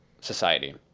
society